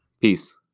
Peace